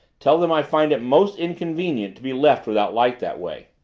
tell them i find it most inconvenient to be left without light that way.